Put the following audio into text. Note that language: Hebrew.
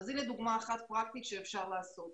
הנה דוגמה אחת פרקטית שאפשר לעשות.